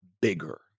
bigger